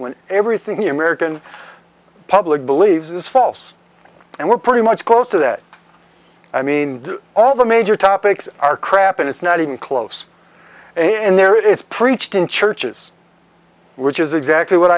when everything you american public believes is false and we're pretty much close to that i mean all the major topics are crap and it's not even close and there it is preached in churches which is exactly what